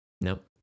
Nope